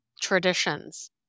traditions